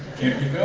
can't be